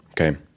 Okay